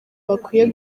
bakwiye